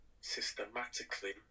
systematically